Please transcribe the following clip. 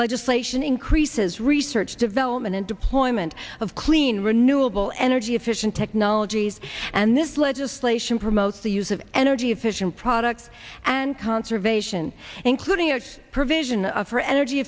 legislation increases research development and deployment of clean renewable energy efficient technologies and this legislation promotes the use of energy efficient products and conservation including a provision of for energy